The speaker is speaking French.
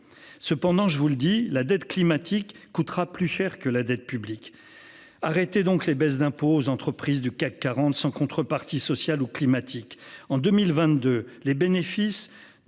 Cependant, je vous le dis, la dette climatique coûtera plus cher que la dette publique. Arrêté donc les baisses d'impôts aux entreprises du CAC 40, sans contrepartie sociale ou climatiques en 2022 les bénéfices